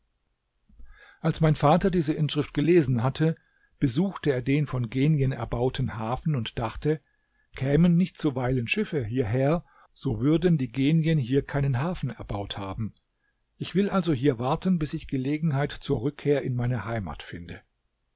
als mein vater diese inschrift gelesen hatte besuchte er den von genien erbauten hafen und dachte kämen nicht zuweilen schiffe hierher so würden die genien hier keinen hafen erbaut haben ich will also hier warten bis ich gelegenheit zur rückkehr in meine heimat finde